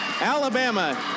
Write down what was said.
Alabama